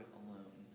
alone